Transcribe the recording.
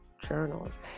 Journals